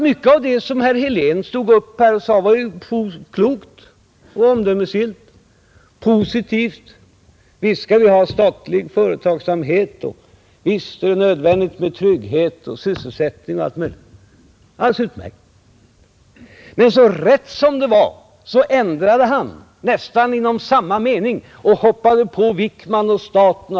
Mycket av det som herr Helén sade var klokt, omdömesgillt och positivt. Visst skall vi ha statlig företagsamhet. Visst är det nödvändigt med trygghet och sysselsättning. Det var alldeles utmärkt. Men rätt som det var ändrade han sig — nästan mitt i en mening — och hoppade på Wickman och staten.